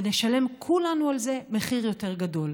ונשלם כולנו על זה מחיר יותר גדול.